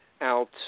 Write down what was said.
out